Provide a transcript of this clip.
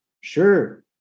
sure